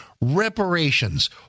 reparations